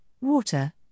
water